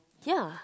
ya